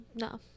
No